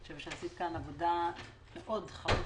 אני חושבת שעשית כאן עבודה מאוד חרוצה,